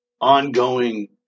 ongoing